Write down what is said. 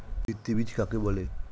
ভিত্তি বীজ কাকে বলে?